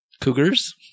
Cougars